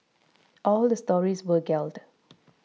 all the stories were gelled